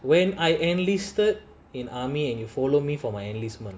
when I enlisted in army and you follow me for my enlistment